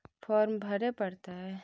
Farm भरे परतय?